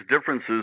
differences